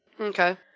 okay